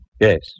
yes